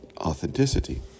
authenticity